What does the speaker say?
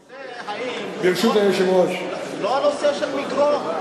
הנושא הוא לא הנושא של מגרון.